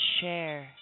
share